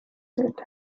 said